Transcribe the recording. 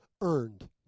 earned